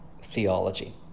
theology